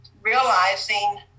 Realizing